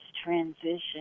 transition